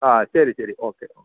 ആ ശരി ശരി ഓക്കെ